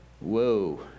whoa